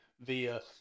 via